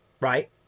right